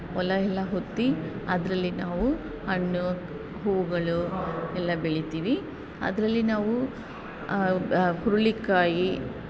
ಹೊಲ ಎಲ್ಲ ಉತ್ತಿ ಅದರಲ್ಲಿ ನಾವು ಹಣ್ಣು ಹೂವುಗಳು ಎಲ್ಲ ಬೆಳಿತೀವಿ ಅದರಲ್ಲಿ ನಾವು ಹುರುಳಿಕಾಯಿ